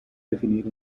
definir